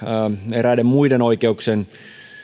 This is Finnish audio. eräiden muiden oikeuksien